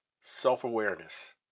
Self-awareness